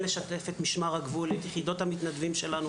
לשתף את יחידות המתנדבים של משמר הגבול.